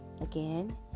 Again